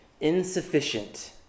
insufficient